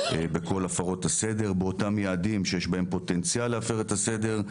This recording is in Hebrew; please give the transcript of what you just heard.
בכל הפרות הסדר באותם יעדים שיש בהם פוטנציאל להפר את הסדר,